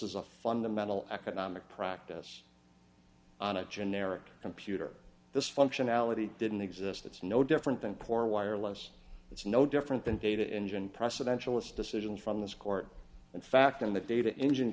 is a fundamental economic practice on a generic computer this functionality didn't exist it's no different than core wireless it's no different than data engine precedential it's decision from this court in fact in the data engine